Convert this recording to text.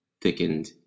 thickened